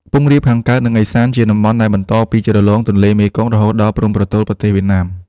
ខ្ពង់រាបខាងកើត និង ឦសាន ជាតំបន់ដែលបន្តពីជ្រលងទន្លេមេគង្គ រហូតដល់ព្រំប្រទល់ប្រទេសវៀតណាម ។